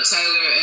Taylor